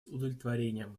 удовлетворением